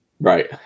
Right